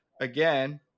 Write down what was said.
again